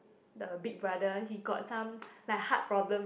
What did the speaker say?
the big brother he got some like heart problems